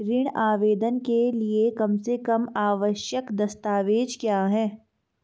ऋण आवेदन के लिए कम से कम आवश्यक दस्तावेज़ क्या हैं?